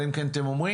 אלא אם כן אתם אומרים,